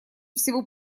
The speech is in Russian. всего